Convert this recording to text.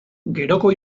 geroko